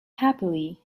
happily